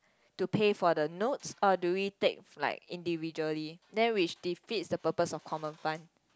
to pay for the notes or do we take like individually then which did fit the purpose of common fund